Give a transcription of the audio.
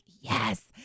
yes